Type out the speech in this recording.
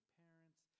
parents